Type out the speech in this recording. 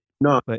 No